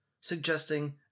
suggesting